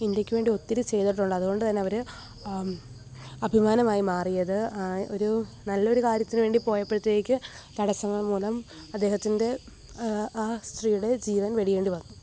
ഇന്ത്യയ്ക്ക് വേണ്ടി ഒത്തിരി ചെയ്തിട്ടുള്ളത് അതുകൊണ്ട് തന്നെ അവർ അഭിമാനമായി മാറിയത് ഒരു നല്ലൊരു കാര്യത്തിനുവേണ്ടി പോയപ്പോഴത്തേക്ക് തടസ്സങ്ങൾ മൂലം അദ്ദേഹത്തിന്റെ ആ സ്ത്രീയുടെ ജീവൻ വെടിയേണ്ടി വന്നു